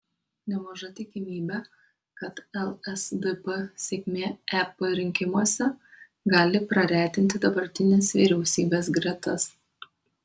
nemaža tikimybė kad lsdp sėkmė ep rinkimuose gali praretinti dabartinės vyriausybės gretas